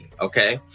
Okay